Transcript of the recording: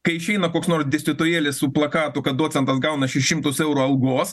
kai išeina koks nors dėstytojėlis su plakatu kad docentas gauna šešis šimtus eurų algos